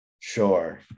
Sure